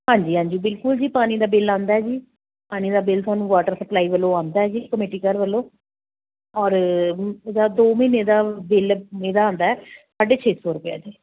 ਹਾਂਜੀ ਹਾਂਜੀ ਬਿਲਕੁਲ ਜੀ ਪਾਣੀ ਦਾ ਬਿੱਲ ਆਉਂਦਾ ਜੀ ਪਾਣੀ ਦਾ ਬਿੱਲ ਸਾਨੂੰ ਵਾਟਰ ਸਪਲਾਈ ਵੱਲੋਂ ਆਉਂਦਾ ਜੀ ਕਮੇਟੀ ਘਰ ਵੱਲੋਂ ਔਰ ਦੋ ਮਹੀਨੇ ਦਾ ਬਿੱਲ ਮੇਰਾ ਆਉਂਦਾ ਸਾਢੇ ਛੇ ਸੌ ਰੁਪਿਆ ਜੀ